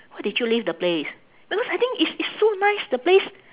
why did you leave the place because I think it's it's so nice the place